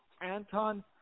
Anton